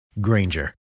Granger